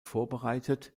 vorbereitet